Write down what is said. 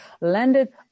landed